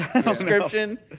subscription